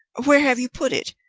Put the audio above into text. where have you put it?